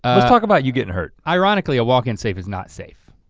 let's talk about you gettin' hurt. ironically a walk-in safe is not safe.